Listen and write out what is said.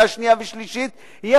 לקריאה שנייה ושלישית בוועדת הכלכלה,